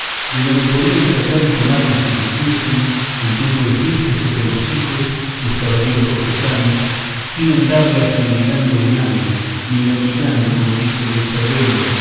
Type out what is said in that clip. de donde podían sacar y tomar las que quisiesen en tiempo de fiestas y regocijos los caballeros cortesanos sin andarlas mendigando de nadie ni lambicando como dicen el cerbelo